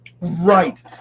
right